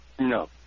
No